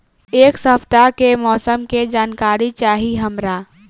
एक सपताह के मौसम के जनाकरी चाही हमरा